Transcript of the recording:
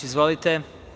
Izvolite.